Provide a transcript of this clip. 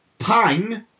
Pang